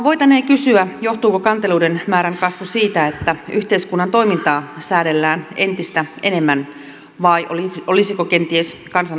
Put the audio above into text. voitaneen kysyä johtuuko kanteluiden määrän kasvu siitä että yhteiskunnan toimintaa säädellään entistä enemmän vai olisiko kenties kansan oikeustaju kehittynyt